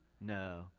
No